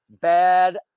Bad